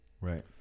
Right